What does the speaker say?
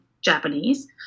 Japanese